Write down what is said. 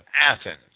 Athens